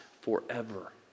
forever